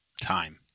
Time